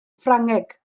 ffrangeg